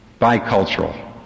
bicultural